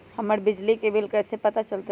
हमर बिजली के बिल कैसे पता चलतै?